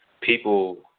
people